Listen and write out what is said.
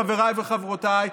חבריי וחברותיי,